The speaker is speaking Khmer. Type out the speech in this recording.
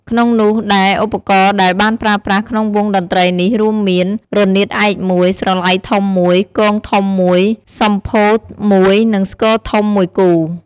ក្នុងនោះដែរឧបករណ៍រដែលបានប្រើប្រាស់ក្នុងវង់តន្ត្រីនេះរួមមាន រនាតឯក១ ស្រឡៃធំ១ គងធំ១ សម្ភោរ១ និងស្គរធំ១គូ។